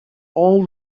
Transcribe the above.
all